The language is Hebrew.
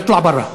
"אטלע ברא".